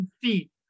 feet